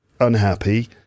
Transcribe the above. unhappy